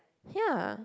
ya